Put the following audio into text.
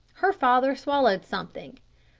her father swallowed something.